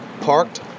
parked